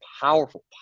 powerful